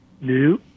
New